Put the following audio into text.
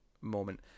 moment